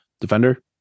Defender